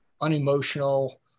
unemotional